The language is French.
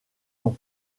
nom